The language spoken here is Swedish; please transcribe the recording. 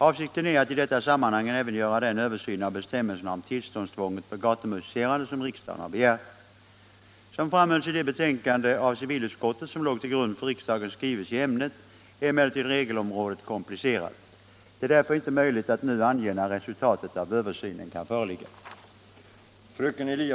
Avsikten är att i detta sammanhang även göra den översyn av bestämmelserna om tillståndstvånget för gatumusicerande som riksdagen har begärt. Som framhölls i det betänkande av civilutskottet som låg till grund för riksdagens skrivelse i ämnet är emellertid regelområdet komplicerat. Det är därför inte möjligt att nu ange när resultatet av översynen kan föreligga.